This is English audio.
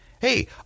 Hey